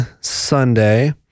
Sunday